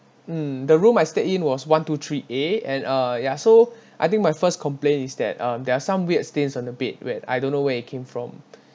mm the room I stayed in was one two three A and uh ya so I think my first complain is that there are some weird stains on the bed where I don't know where it came from